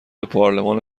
پارلمان